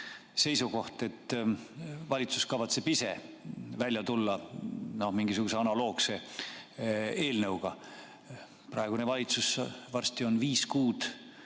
kinnitus, et valitsus kavatseb ise välja tulla mingisuguse analoogse eelnõuga. Praegune valitsus varsti on viis kuud